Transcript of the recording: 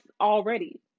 already